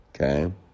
Okay